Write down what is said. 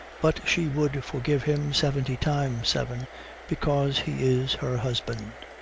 but she would forgive him seventy times seven because he is her husband.